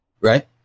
right